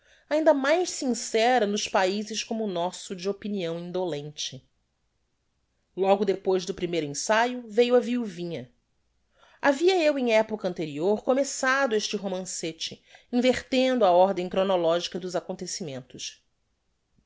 ainda mais sincera nos paizes como o nosso de opinião indolente logo depois do primeiro ensaio veiu a viuvinha havia eu em epocha anterior começado este romancete invertendo a ordem chronologica dos acontecimentos